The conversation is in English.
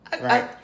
right